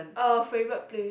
a favorite place